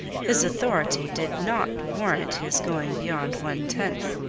his authority did not warrant his going beyond one tenth.